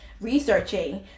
researching